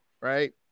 Right